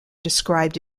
described